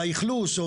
לאכלוס.